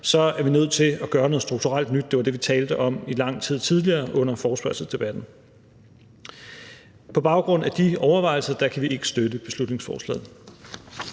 så er vi nødt til at gøre noget strukturelt nyt. Det var det, vi talte om i lang tid tidligere under forespørgselsdebatten. På baggrund af de overvejelser kan vi ikke støtte beslutningsforslaget.